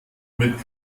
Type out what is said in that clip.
mit